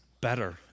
better